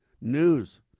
news